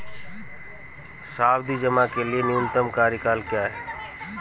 सावधि जमा के लिए न्यूनतम कार्यकाल क्या है?